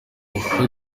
ntaramakuru